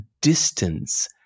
distance